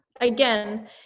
again